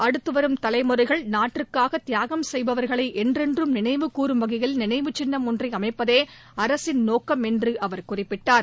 அடுத்து வரும் தலைமுறைகள் நாட்டிற்காக தியாகம் செய்தவர்களை என்றென்றும் நினைவுகூறும் வகையில் நினைவு சின்னம் ஒன்றை அமைப்பதே அரசின் நோக்கம் என்று அவர் குறிப்பிட்டார்